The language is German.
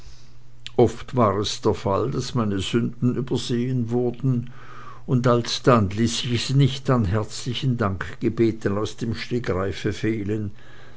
oft war es der fall daß meine sünden übersehen wurden und alsdann ließ ich es nicht an herzlichen dankgebeten aus dem stegreife fehlen